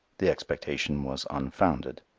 the expectation was unfounded.